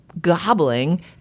gobbling